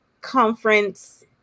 conference